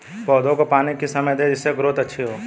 पौधे को पानी किस समय दें जिससे ग्रोथ अच्छी हो?